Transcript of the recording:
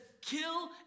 kill